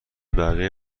بقیه